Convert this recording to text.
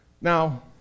Now